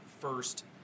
first